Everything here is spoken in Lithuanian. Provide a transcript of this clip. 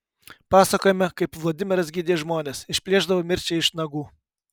pasakojama kaip vladimiras gydė žmones išplėšdavo mirčiai iš nagų